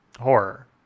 horror